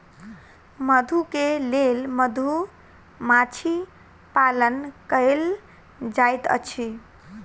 मधु के लेल मधुमाछी पालन कएल जाइत अछि